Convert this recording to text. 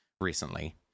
recently